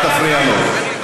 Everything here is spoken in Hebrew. אל תפריע לו.